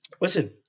listen